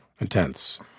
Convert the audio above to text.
Intense